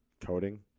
Coding